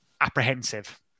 apprehensive